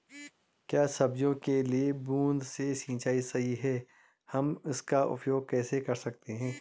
क्या सब्जियों के लिए बूँद से सिंचाई सही है हम इसका उपयोग कैसे कर सकते हैं?